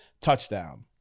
Touchdown